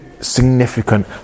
significant